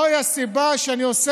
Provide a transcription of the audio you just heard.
אין דבר כזה.